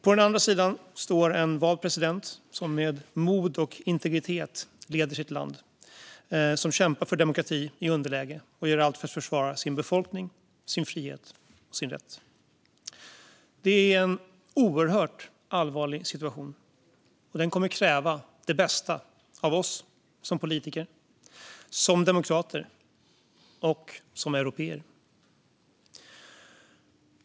På den andra sidan står en vald president som med mod och integritet leder sitt land, som kämpar för demokrati i underläge och gör allt för att försvara sin befolkning, sin frihet och sin rätt. Det är en oerhört allvarlig situation, och den kommer att kräva det bästa av oss som politiker, som demokrater och som européer.